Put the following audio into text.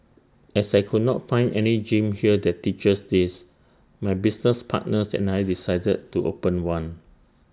as I could not find any gym here that teaches this my business partners and I decided to open one